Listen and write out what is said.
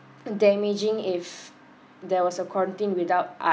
um damaging if there was a quarantine without